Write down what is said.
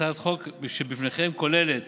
הצעת החוק שלפניכם כוללת